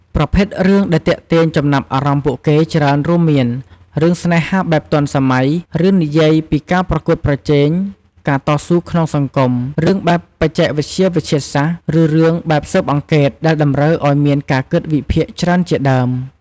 ប្រភេទរឿងដែលទាក់ទាញចំណាប់អារម្មណ៍ពួកគេច្រើនរួមមាន រឿងស្នេហាបែបទាន់សម័យ រឿងនិយាយពីការប្រគួតប្រជែង ការតស៊ូក្នុងសង្គម រឿងបែបបច្ចេកវិទ្យាវិទ្យាសាស្រ្ដ ឬរឿងបែបស៊ើបអង្កេតដែលតម្រូវឲ្យមានការគិតវិភាគច្រើនជាដើម។